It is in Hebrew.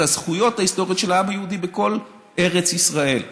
הזכויות ההיסטוריות של העם היהודי בכל ארץ ישראל.